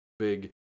big